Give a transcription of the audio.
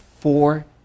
four